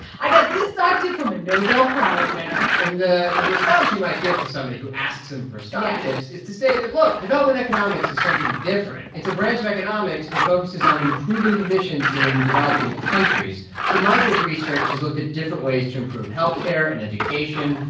i got this stock tip from a nobel prize winner and the the response he might give to somebody who asks him for stock tips. yes. is to say that look development economics is something different. it's a branch of economics that focuses on improving conditions in developing countries. so michael's research has looked at different ways to improve health care and education,